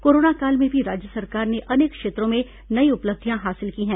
corona काल में भी राज्य सरकार ने अनेक क्षेत्रों में नई उपलब्धियां हासिल की हैं